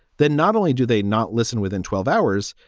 then not only do they not listen within twelve hours,